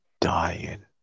dying